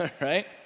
Right